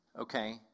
okay